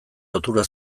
lotura